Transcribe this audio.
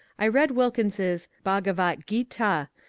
i read wilkins's bhagavat geeta,